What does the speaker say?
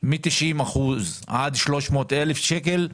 מ-90 אחוזים עד 300 אלף שקלים,